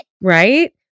Right